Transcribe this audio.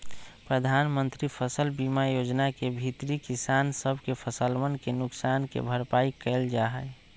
प्रधानमंत्री फसल बीमा योजना के भीतरी किसान सब के फसलवन के नुकसान के भरपाई कइल जाहई